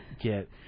get